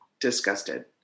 disgusted